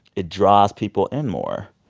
it draws people in more.